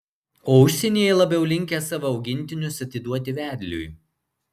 o užsienyje labiau linkę savo augintinius atiduoti vedliui